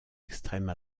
extrême